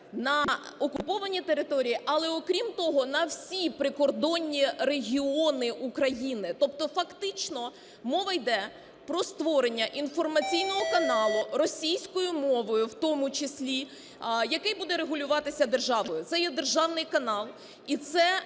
на окуповані території, але, окрім того, на всі прикордонні регіони України. Тобто, фактично, мова йде про створення інформаційного каналу російською мовою в тому числі, який буде регулюватися державою. Це є державний канал і це